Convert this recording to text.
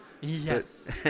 Yes